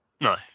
No